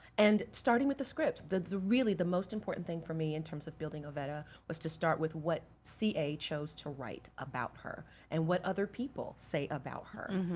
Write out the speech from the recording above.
and starting with the script, really, the most important thing for me in terms of building ovetta was to start with what c a. chose to write about her, and what other people say about her.